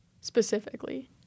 specifically